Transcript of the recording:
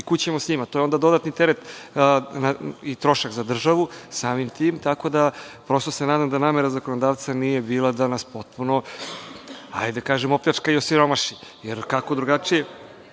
Kud ćemo s njima? To je onda dodatni teret i trošak za državu, tako da prosto se nadam da namera zakonodavca nije bila da nas potpuno opljačka i osiromaši, jer kako drugačije